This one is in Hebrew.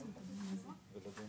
לפתוח את ישיבת ועדת הכספים של הכנסת,